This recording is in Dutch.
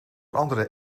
andere